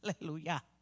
Hallelujah